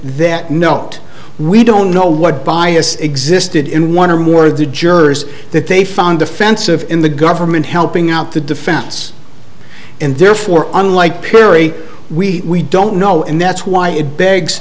that note we don't know what bias existed in one or more of the jurors that they found offensive in the government helping out the defense and therefore unlike piri we don't know and that's why it begs